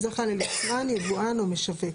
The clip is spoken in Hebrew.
יצרן, יבואן או משווק